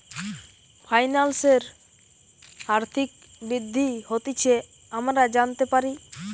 ফাইন্যান্সের যে আর্থিক বৃদ্ধি হতিছে আমরা জানতে পারি